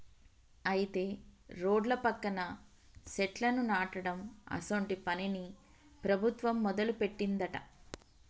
అయితే రోడ్ల పక్కన సెట్లను నాటడం అసోంటి పనిని ప్రభుత్వం మొదలుపెట్టిందట